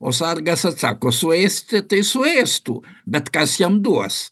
o sargas atsako suėsti tai suėstų bet kas jam duos